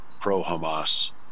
pro-Hamas